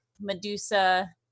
Medusa